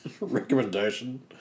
recommendation